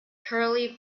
curly